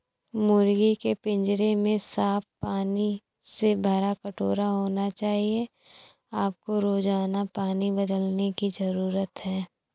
मुर्गी के पिंजरे में साफ पानी से भरा कटोरा होना चाहिए आपको रोजाना पानी बदलने की जरूरत है